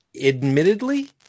admittedly